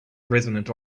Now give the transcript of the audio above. resonant